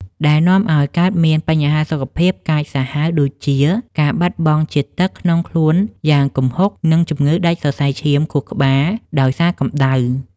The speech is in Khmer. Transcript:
ដែលនាំឱ្យកើតមានបញ្ហាសុខភាពកាចសាហាវដូចជា ការបាត់បង់ជាតិទឹកក្នុងខ្លួនយ៉ាងគំហុក និងជំងឺដាច់សរសៃឈាមខួរក្បាលដោយសារកម្ដៅ។